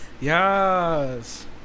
yes